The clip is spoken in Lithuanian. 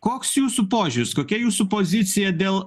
koks jūsų požiūris kokia jūsų pozicija dėl